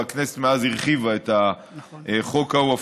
והכנסת מאז הרחיבה את החוק ההוא,